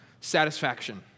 satisfaction